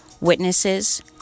witnesses